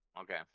Okay